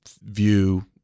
view